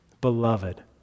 Beloved